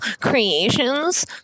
creations